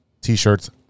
T-shirts